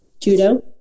Judo